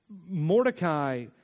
Mordecai